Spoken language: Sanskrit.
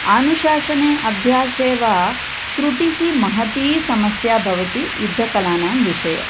अनुशासने अभ्यासे वा तृटिः महती समस्या भवति युद्धकलानां विषये